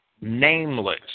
nameless